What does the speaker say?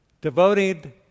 Devoted